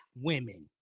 women